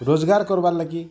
ରୋଜଗାର୍ କର୍ବାର୍ ଲାଗି